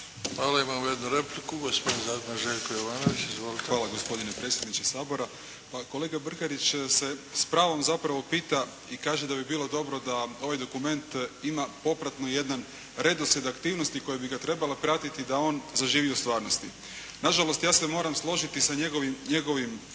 Hvala. Imamo jednu repliku, gospodin zastupnik Željko Jovanović. Izvolite. **Jovanović, Željko (SDP)** Hvala, gospodine predsjedniče Sabora. Pa kolega Brkarić se s pravom zapravo pita i kaže da bi bilo dobro da ovaj dokument ima popratno jedan redoslijed aktivnosti koji bi ga trebala pratiti da on zaživi u stvarnosti. Nažalost, ja se moram složiti sa njegovim